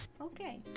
okay